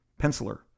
penciler